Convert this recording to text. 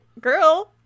girl